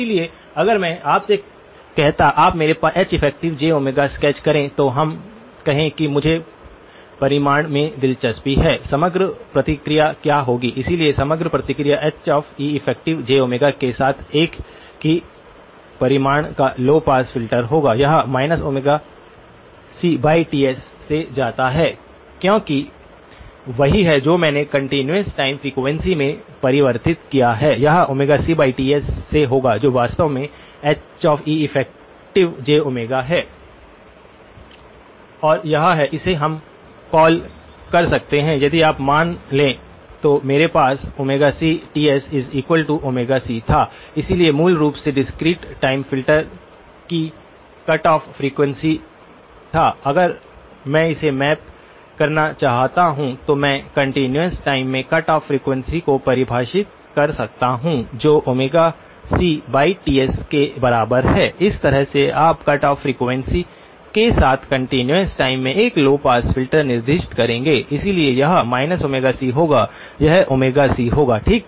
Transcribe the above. इसलिए अगर में आपसे कहता आप मेरे लिए Heff स्केच करें तो हम कहें कि मुझे परिमाण में दिलचस्पी है समग्र प्रतिक्रिया क्या होगी इसलिए समग्र प्रतिक्रिया Heff के साथ 1 की परिमाण का लौ पास फ़िल्टर होगा यह cTs से जाता है क्योंकि वही है जो मैंने कंटीन्यूअस टाइम फ्रीक्वेंसी में परिवर्तित किया है यह cTs से होगा जो वास्तव में Heffj है और यह है इसे हम कॉल कर सकते हैं यदि आप मान ले तो मेरे पास cTsc था इसलिए मूल रूप से डिस्क्रीट टाइम फ़िल्टर की कट ऑफ फ्रीक्वेंसी था अगर मैं इसे मैप करना चाहता हूं तो मैं कंटीन्यूअस टाइम में कट ऑफ फ्रीक्वेंसी को परिभाषित कर सकता हूं जो cTs के बराबर है इस तरह से आप कट ऑफ फ्रीक्वेंसी के साथ कंटीन्यूअस टाइम में एक लौ पास फिल्टर निर्दिष्ट करेंगे इसलिए यह c होगा यह cहोगा ठीक